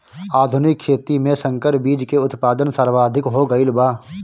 आधुनिक खेती में संकर बीज के उत्पादन सर्वाधिक हो गईल बा